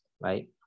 right